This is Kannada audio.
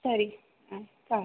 ಸರಿ ಆಯ್ತು